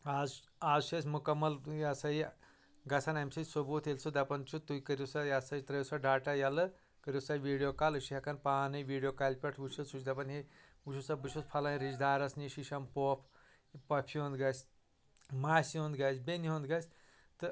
آز آز چھِ أسۍ مُکمل یہِ ہسا یہِ گژھان امہِ سۭتۍ ثبوٗت ییٚلہِ سُہ دپان چھُ تُہۍ کٔرِو سا یہِ ہسا یہِ ترٛٲیِو سا ڈاٹا ییٚلہٕ کٔرِو سا ویٖڈیو کال أسۍ چھِ ہٮ۪کان پانے ویٖڈیو کالہِ پٮ۪ٹھ وٕچھِتھ سُہ چھُ دپان ہے وٕچھو سا بہٕ چھُس فلٲنۍ رشتہٕ دارس نِش یہِ چھم پۄپھ پۄپھِ ہُنٛد گژھِ ماسہِ ہُنٛد گژھِ بیٚنہِ ہُنٛد گژھِ تہٕ